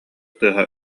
тыаһа